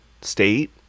state